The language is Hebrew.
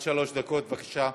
עד שלוש דקות, בבקשה.